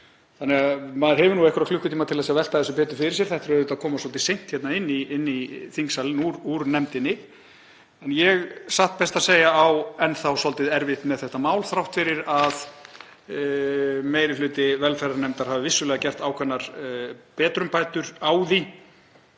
gott mál. Maður hefur einhverja klukkutíma til að velta þessu betur fyrir sér. Þetta kemur auðvitað svolítið seint inn í þingsalinn úr nefndinni. En ég á satt best að segja enn þá svolítið erfitt með þetta mál þrátt fyrir að meiri hluti velferðarnefndar hafi vissulega gert ákveðnar betrumbætur á því.